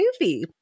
movie